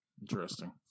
interesting